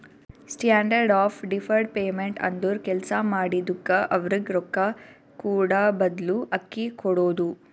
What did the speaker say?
standard of deferred payment ಅಂದುರ್ ಕೆಲ್ಸಾ ಮಾಡಿದುಕ್ಕ ಅವ್ರಗ್ ರೊಕ್ಕಾ ಕೂಡಾಬದ್ಲು ಅಕ್ಕಿ ಕೊಡೋದು